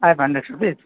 five hundred rupees